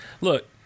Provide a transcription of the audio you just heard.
look